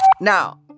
Now